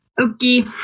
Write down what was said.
Okay